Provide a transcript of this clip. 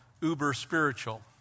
uber-spiritual